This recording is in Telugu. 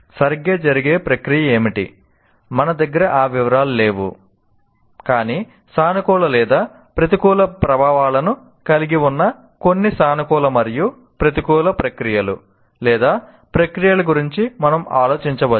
సరిగ్గా జరిగే ప్రక్రియ ఏమిటి మన దగ్గర ఆ వివరాలు లేవు కానీ సానుకూల లేదా ప్రతికూల ప్రభావాలను కలిగి ఉన్న కొన్ని సానుకూల మరియు ప్రతికూల ప్రక్రియలు లేదా ప్రక్రియల గురించి మనం ఆలోచించవచ్చు